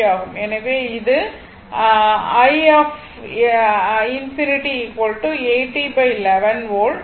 எனவே இது i 80 11 volt